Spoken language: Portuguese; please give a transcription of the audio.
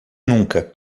nunca